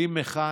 כלים מכניים.